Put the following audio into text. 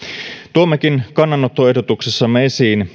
tuommekin kannanottoehdotuksessamme esiin